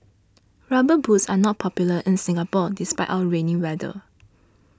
rubber boots are not popular in Singapore despite our rainy weather